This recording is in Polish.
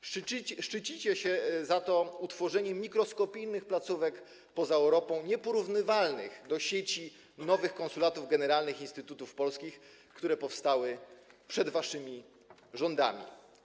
W zamian za to szczycicie się utworzeniem mikroskopijnych placówek poza Europą, nieporównywalnych z siecią nowych konsulatów generalnych, instytutów polskich, które powstały przed waszymi rządami.